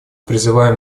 призываем